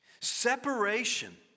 Separation